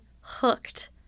hooked